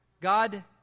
God